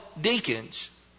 deacons